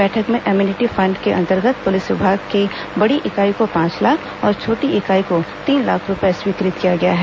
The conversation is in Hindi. बैठक में एमिनिटी फण्ड के अंतर्गत पुलिस विभाग की बड़ी इकाई को पांच लाख और छोटी इकाई को तीन लाख रूपये स्वीकृत किया गया है